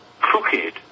crooked